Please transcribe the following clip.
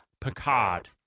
Picard